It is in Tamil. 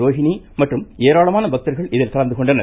ரோகிணி மற்றும் ஏராளமான பக்தா்கள் இதில் கலந்து கொண்டனர்